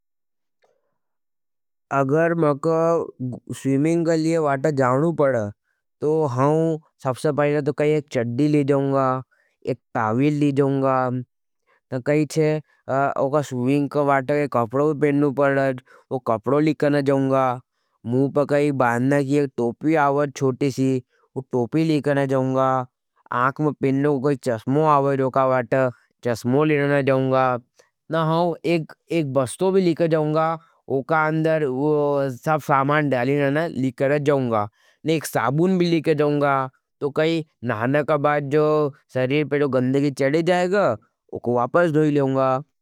अगर मका स्विमिंग के लिए जाना पड़ो। तो हम सबसे पहले एक चड़ी लेंगा। एक टाविल लेंगा। ओ का स्विमिंग का वाटर का कपड़ो पहननो पड़च। औ कपड़ो लेके ना जाऊँगा। मुंह पर बाँधने की एक टोपी आवे छोटी सी औ टोपी लेके ना जाऊँगा। आँख में पहनो का चश्मा आवेच। औ चश्मा लेने ने जाऊँगा। ना एक बस्तो ले जाऊँगा। औ के अंदर सब समान डाले करत जाऊँगो। ने एक मुझे एक साबून लेंगा। नहाने के बाद शरीर पर जो गंदगी चढ़त। औ को वापस धोई लूंगा।